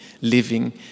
living